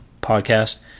podcast